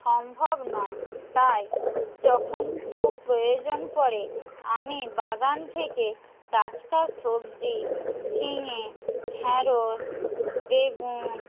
সম্ভব নয় তাই যখন খুব প্রয়োজন পড়ে আমি বাগান থেকে টাটকা সবজি ঝিঙে ঢ্যাঁড়শ বেগুন